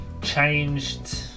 changed